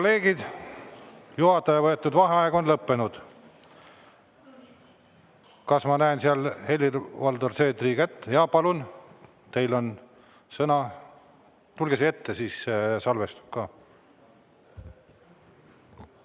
kolleegid, juhataja võetud vaheaeg on lõppenud. Kas ma näen seal Helir-Valdor Seedri kätt? Palun, teil on sõna. Tulge siia ette, siis salvestub ka.